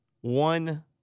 one